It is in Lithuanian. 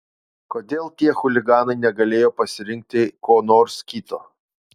kodėl tie chuliganai negalėjo pasirinkti ko nors kito